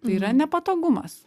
tai yra nepatogumas